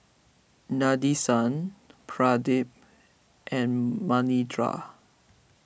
Nadesan Pradip and Manindra